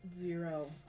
zero